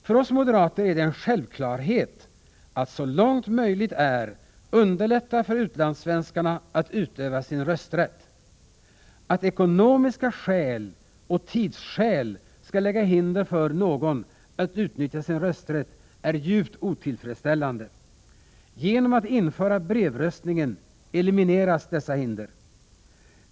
För oss moderater är det en självklarhet att så långt möjligt är underlätta för utlandssvenskarna att utöva sin rösträtt. Att ekonomiska skäl och tidsskäl skulle lägga hinder för någon att utnyttja sin rösträtt är djupt otillfredsställande. Genom att införa brevröstningen elimineras dessa hinder.